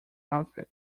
outfit